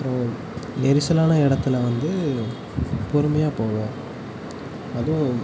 அப்புறம் நெரிசலான இடத்துல வந்து பொறுமையாக போங்க அதுவும்